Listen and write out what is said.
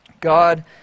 God